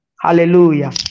Hallelujah